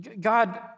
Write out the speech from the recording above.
God